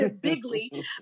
bigly